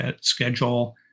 schedule